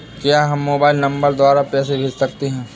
क्या हम mobile number द्वारा पैसे भेज सकते हैं?